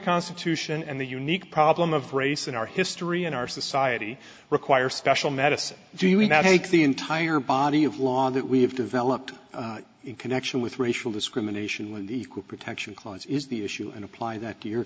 constitution and the unique problem of race in our history in our society require special medicine do you not take the entire body of law that we have developed in connection with racial discrimination when the equal protection clause is the issue and apply that to your